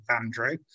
Andrew